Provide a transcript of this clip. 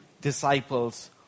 disciples